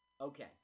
Okay